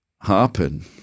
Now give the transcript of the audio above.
happen